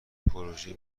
پروزه